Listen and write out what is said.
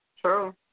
True